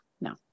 no